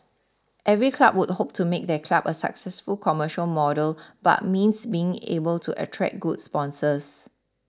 every club would hope to make their club a successful commercial model but means being able to attract goods sponsors